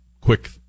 quick